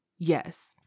yes